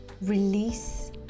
release